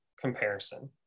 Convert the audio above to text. comparison